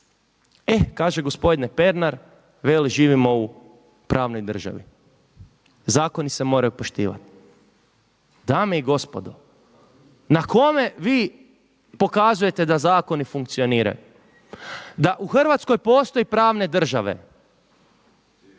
Eh kaže gospodine Pernar, veli živimo u pravnoj državi, zakoni se moraju poštivati. Dame i gospodo, na kome vi pokazujete da zakoni funkcioniraju? Da u Hrvatskoj postoji pravne države,